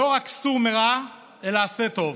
לא רק סור מרע אלא עשה טוב.